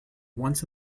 once